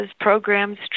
programs